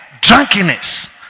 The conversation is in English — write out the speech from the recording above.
drunkenness